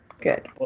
Good